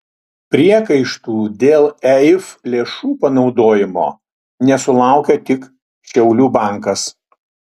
priekaištų dėl eif lėšų panaudojimo nesulaukė tik šiaulių bankas